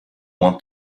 want